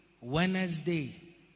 wednesday